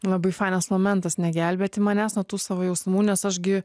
labai fainas momentas negelbėti manęs nuo tų savo jausmų nes aš gi